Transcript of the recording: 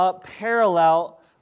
parallel